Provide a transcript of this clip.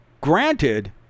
granted